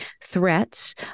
threats